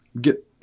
get